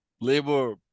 labor